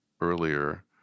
earlier